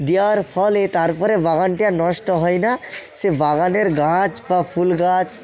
দেয়ার ফলে তারপরে বাগানটি আর নষ্ট হয় না সে বাগানের গাছ বা ফুল গাছ